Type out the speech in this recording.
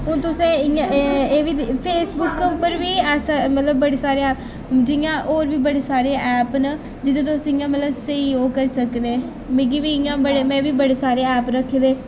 हून तुसें इ'यां एह् बी फेसबुक उप्पर बी अस मतलब बड़ी सारे ऐ जि'यां होर बी बड़े सारे ऐप न जित्थै तुस इ'यां मतलब स्हेई ओह् करी सकदे मिगी बी इ'यां बड़े में बी बड़े सारे ऐप रक्खे दे